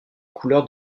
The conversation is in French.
couleurs